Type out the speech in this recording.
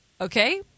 Okay